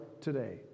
today